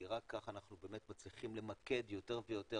כי רק ככה אנחנו מצליחים באמת למקד יותר ויותר